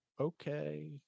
okay